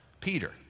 Peter